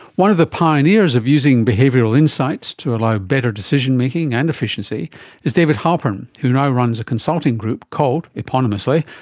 one of the pioneers of using behavioural insights to allow better decision making and efficiency is david halpern who now runs a consulting group called, eponymously,